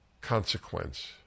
consequence